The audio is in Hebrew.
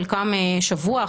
חלקן שבוע,